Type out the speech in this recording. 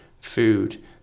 food